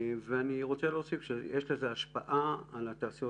אני רוצה להוסיף שיש לזה השפעה על התעשיות